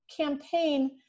campaign